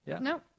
No